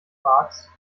quarks